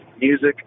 music